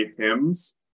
hymns